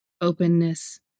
openness